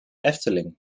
efteling